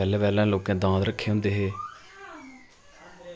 पैह्लें पैह्लें लोकें दांद रक्खे होंदे हे